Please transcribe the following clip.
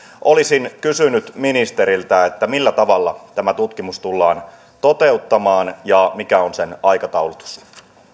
olisin kysynyt ministeriltä millä tavalla tämä tutkimus tullaan toteuttamaan ja mikä on sen aikataulutus